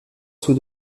sous